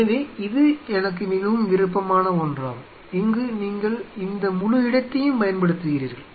எனவே இது எனக்கு மிகவும் விருப்பமான ஒன்றாகும் இங்கு நீங்கள் இந்த முழு இடத்தையும் பயன்படுத்துகிறீர்கள்